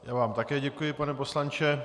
Já vám také děkuji, pane poslanče.